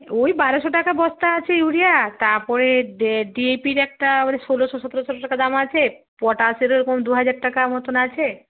ওই বারোশো টাকা বস্তা আছে ইউরিয়া তারপরে ডি ডি এ পি র একটা ওই ষোলশো সতেরশো টাকা দাম আছে পটাশেরও ওই রকম দু হাজার টাকা মতোন আছে